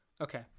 okay